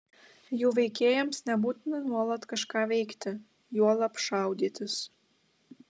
jų veikėjams nebūtina nuolat kažką veikti juolab šaudytis